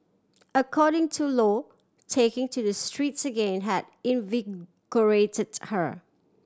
according to Lo taking to the streets again had invigorated her